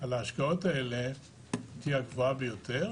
של ההשקעות האלה תהיה הגבוהה ביותר,